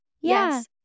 Yes